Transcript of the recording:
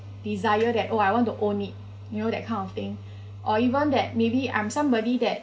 desire that oh I want to own it you know that kind of thing uh even that maybe um I'm somebody that